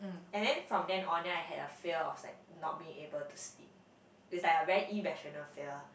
and then from then on then I had a fear of I was like not being able to sleep is like a very irrational fear